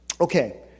okay